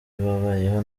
babayeho